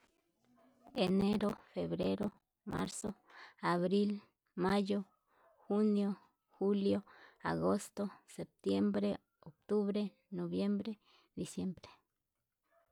Enero, febrero, marzo, abril, mayo, junio, julio, agosto, septiembre, octubre, noviembre, diciembre.